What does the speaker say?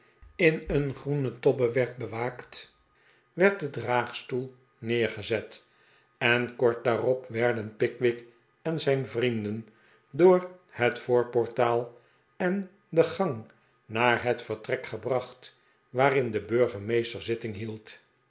in een groene tobbe werd bewaakt werd de draagstoel neergezet en kort daarop werden pickwick en zijn vrienden door net voorportaal en de gang naar het vertrek gebracht waarin de burgemeester zitting hield